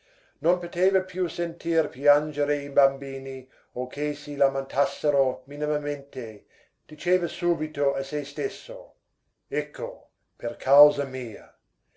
non poteva più sentir piangere i bambini o che si lamentassero minimamente diceva subito a se stesso ecco per causa mia